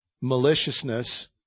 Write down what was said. Maliciousness